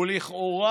ולכאורה